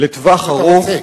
לטווח ארוך,